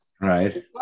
Right